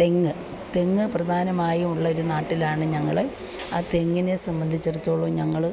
തെങ്ങ് തെങ്ങ് പ്രധാനമായും ഉള്ളൊരു നാട്ടിലാണ് ഞങ്ങൾ ആ തെങ്ങിനെ സംബന്ധിച്ചിടത്തോളം ഞങ്ങൾ